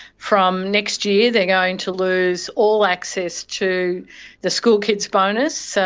from next year they're going to lose all access to the school kids' bonus, so